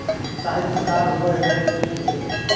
साहित्यकार हुए हैं